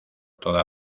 toda